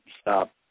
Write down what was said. stop